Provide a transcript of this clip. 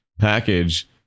package